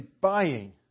buying